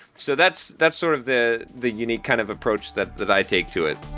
so that's that's sort of the the unique kind of approach that that i take to it.